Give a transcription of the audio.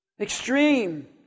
Extreme